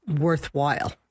worthwhile